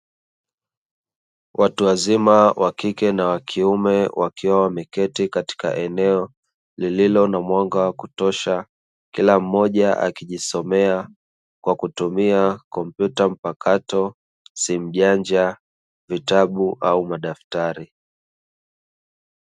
Watu wazima wa kike na wa kiume wakiwa wameketi katika eneo lililo na mwanga wa kutosha; kila mmoja akijisomea kwa kutumia kompyuta mpakato, simu janja, vitabu au madaftari.